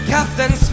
Captain